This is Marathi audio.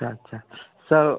अच्छा अच्छा सर